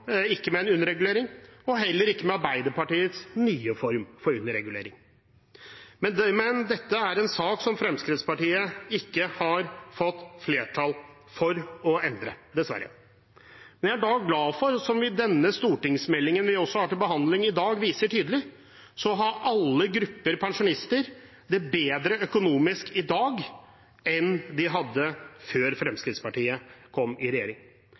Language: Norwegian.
ikke med en underregulering, og heller ikke med Arbeiderpartiets nye form for underregulering. Men dette er noe som Fremskrittspartiet ikke har fått flertall for å endre, dessverre. Jeg er derfor glad for – noe den stortingsmeldingen vi har til behandling i dag, også viser tydelig – at alle grupper pensjonister har det bedre økonomisk i dag enn de hadde før Fremskrittspartiet kom i regjering.